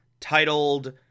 titled